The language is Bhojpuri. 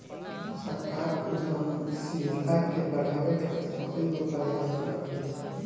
सरकार उद्यमशीलता के बढ़ावे खातीर कईगो प्रयास करत बिया